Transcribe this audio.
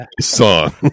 song